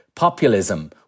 Populism